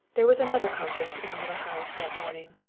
there was another conference in the little house that morning,